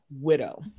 widow